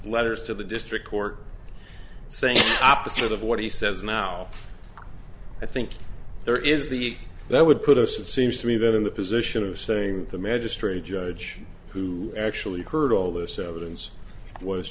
letters to the district court saying opposite of what he says now i think there is the that would put us it seems to me that in the position of saying the magistrate judge who actually heard all this evidence was